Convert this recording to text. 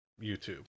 YouTube